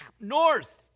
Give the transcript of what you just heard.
north